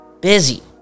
Busy